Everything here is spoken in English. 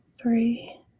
three